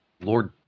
Lord